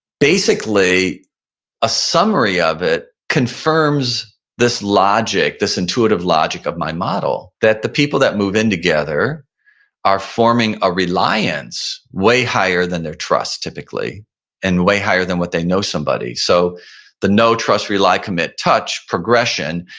basically a summary of it confirms this logic, this intuitive logic of my model that the people that move in together are forming a reliance way higher than their trust typically and way higher than what they know somebody so the know, trust, rely, commit, touch progression,